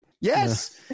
Yes